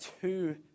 two